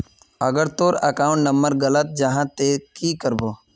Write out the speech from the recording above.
अगर तोर account number गलत जाहा ते की करबो?